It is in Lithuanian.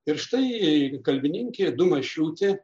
ir štai kalbininkė dumašiūtė